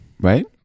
Right